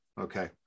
Okay